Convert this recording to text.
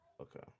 Okay